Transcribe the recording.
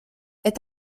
est